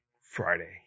Friday